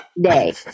day